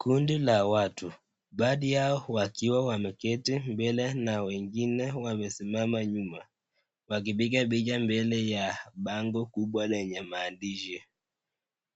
Kundi la watu baadhi yao wakiwa wameketi mbele na wengine wamesimama nyuma, wakipiga picha mbele ya bango kubwa lenye maandishi.